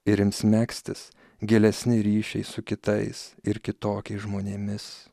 ir ims megztis gilesni ryšiai su kitais ir kitokiais žmonėmis